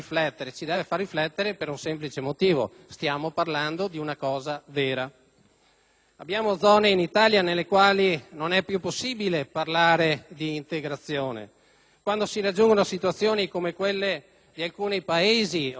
Abbiamo zone in Italia nelle quali non è più possibile parlare di integrazione, quando si determinano situazioni come quelle di alcuni paesi o di alcune province del Nord, dove si raggiungono concentrazioni di cittadini